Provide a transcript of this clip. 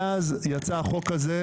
מאז יצא החוק הזה,